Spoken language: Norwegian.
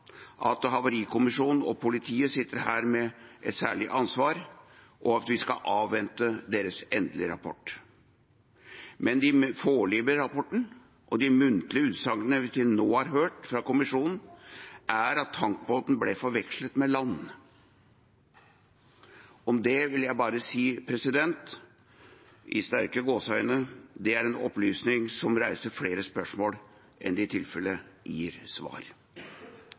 Havarikommisjonen og politiet her med et særlig ansvar, og vi skal avvente deres endelige rapport. Men den foreløpige rapporten og de muntlige utsagnene som vi til nå har hørt fra kommisjonen, hevder at tankbåten ble forvekslet med land. Om det vil jeg bare si: Det er i tilfelle en opplysning som reiser flere spørsmål enn den gir svar. Jeg legger til grunn at Havarikommisjonen arbeider så fort som overhodet mulig. Det